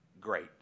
great